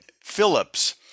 phillips